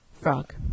frog